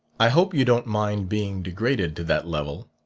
i hope you don't mind being degraded to that level.